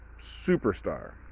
superstar